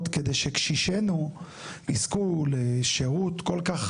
כדי שהקשישים שלנו יזכו לשירות כל כך